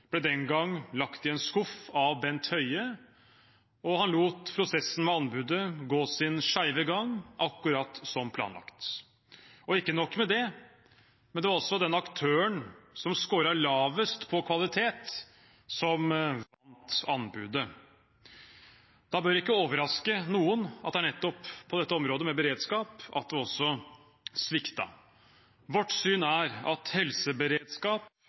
ble den gang lagt i en skuff av Bent Høie, og han lot prosessen med anbudet gå sin skeive gang, akkurat som planlagt. Ikke nok med det: Det var også den aktøren som skåret lavest på kvalitet, som vant anbudet. Da bør det ikke overraske noen at det sviktet nettopp på området beredskap. Vårt syn er at helseberedskap er så viktig at det